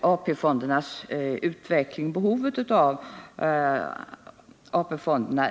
AP-fondernas utveckling och näringslivets behov av AP fonderna.